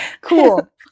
Cool